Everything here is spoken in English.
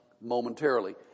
momentarily